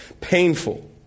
painful